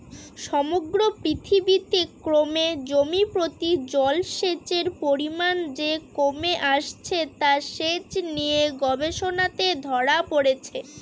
সমগ্র পৃথিবীতে ক্রমে জমিপ্রতি জলসেচের পরিমান যে কমে আসছে তা সেচ নিয়ে গবেষণাতে ধরা পড়েছে